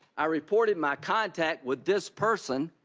i reported my contact with this person,